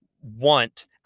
want